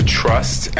trust